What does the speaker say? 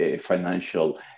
financial